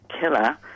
killer